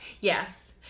Yes